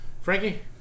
Frankie